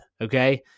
Okay